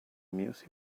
music